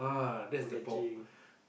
block catching